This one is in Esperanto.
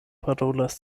parolas